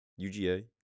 UGA